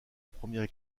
première